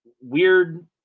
weird